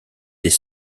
des